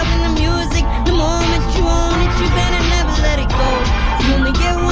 the music. the moment you own it, you better never let it go. you only get